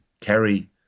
Kerry